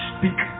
Speak